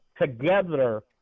Together